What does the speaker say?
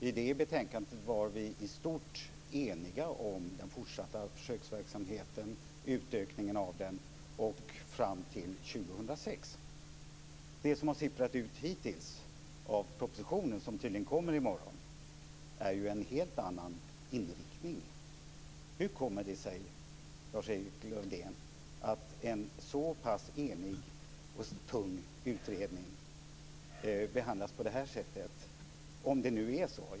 I det betänkandet var vi i stort sett eniga om den fortsatta försöksverksamheten, utökningen av den, och om tiden fram till 2006. Det som har sipprat ut hittills av propositionen, som tydligen kommer i morgon, innebär ju en helt annan inriktning. Hur kommer det sig, Lars-Erik Lövdén, att en så pass enig och tung utredning behandlas på det här sättet - om det nu är så?